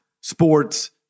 Sports